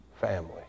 family